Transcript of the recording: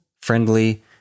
friendly